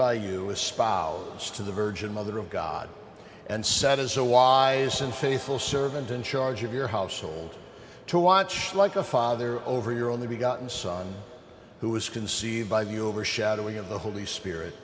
by you espouse to the virgin mother of god and set as a wise and faithful servant in charge of your household to watch like a father over your only be gotten son who was conceived by the overshadowing of the holy spirit